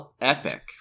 epic